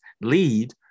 lead